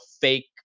fake